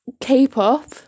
K-pop